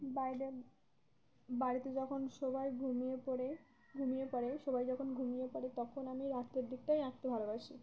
বাইরে বাড়িতে যখন সবাই ঘুমিয়ে পড়ে ঘুমিয়ে পড়ে সবাই যখন ঘুমিয়ে পড়ে তখন আমি রাত্রের দিকটাই আঁকতে ভালোবাসি